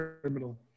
criminal